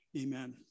Amen